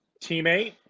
teammate